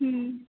ᱦᱩᱸ